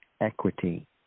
equity